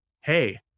hey